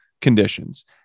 conditions